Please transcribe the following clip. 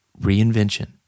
Reinvention